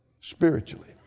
spiritually